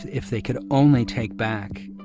if they could only take back,